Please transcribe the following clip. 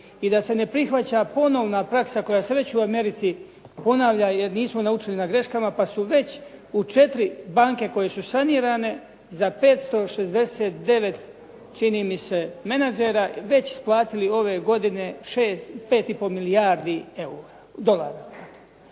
i da se ne prihvaća ponovna praksa koja se već u Americi ponavlja, jer nismo naučili na greškama pa su već u četiri banke koje su sanirane za 569 čini mi se menadžera već isplatili ove godine 5 i pol milijardi dolara.